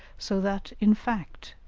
so that, in fact,